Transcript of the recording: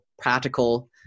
practical